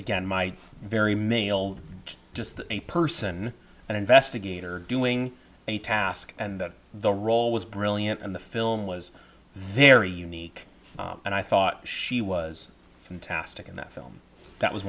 again my very male just a person and investigator doing a task and that the role was brilliant and the film was very unique and i thought she was fantastic in that film that was